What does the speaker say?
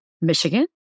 Michigan